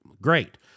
Great